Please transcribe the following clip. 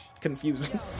confusing